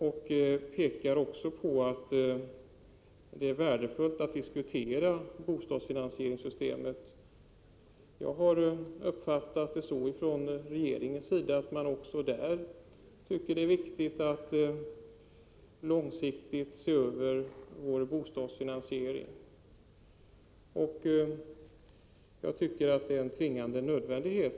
Det framhålls också att det är värdefullt att diskutera bostadsfinansieringssystemet. Jag har uppfattat saken så, att även regeringen tycker att det är viktigt att se över den långsiktiga bostadsfinansieringen. Jag anser att det är en tvingande nödvändighet.